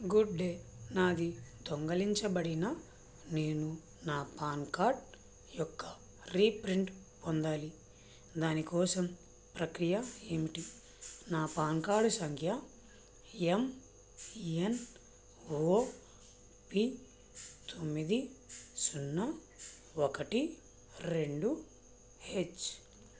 good day నాది దొంగలించబడిన నేను నా పాన్ కార్డు యొక్క రీప్రింట్ పొందాలి దాని కోసం ప్రక్రియ ఏమిటి నా పాన్ కార్డు సంఖ్య ఎం ఎన్ ఓ పీ తొమ్మిది సున్నా ఒకటి రెండు హెచ్